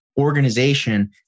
organization